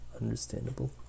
Understandable